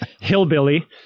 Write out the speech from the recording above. hillbilly